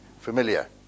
familiar